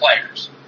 players